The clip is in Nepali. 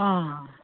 अँ